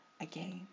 again